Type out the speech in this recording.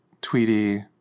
Tweety